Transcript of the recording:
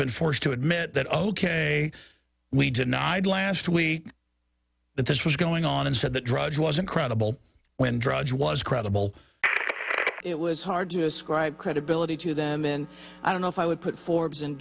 been forced to admit that ok we denied last week that this was going on and said that drudge wasn't credible when drudge was credible it was hard to ascribe credibility to them and i don't know if i would put forbes and